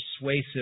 persuasive